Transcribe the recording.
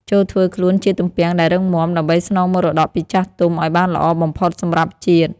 ចូរធ្វើខ្លួនជាទំពាំងដែលរឹងមាំ ដើម្បីស្នងមរតកពីចាស់ទុំឱ្យបានល្អបំផុតសម្រាប់ជាតិ។